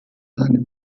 seine